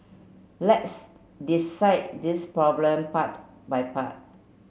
let's dissect this problem part by part